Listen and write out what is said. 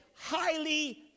highly